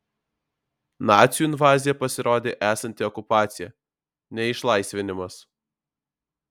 nacių invazija pasirodė esanti okupacija ne išlaisvinimas